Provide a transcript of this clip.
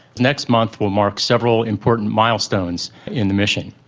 next month will mark several important milestones in the mission.